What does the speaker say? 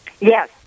Yes